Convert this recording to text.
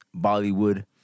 Bollywood